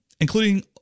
including